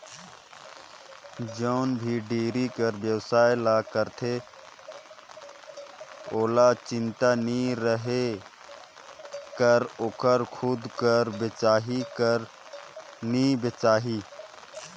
जउन भी डेयरी कर बेवसाय ल करथे ओहला चिंता नी रहें कर ओखर दूद हर बेचाही कर नी बेचाही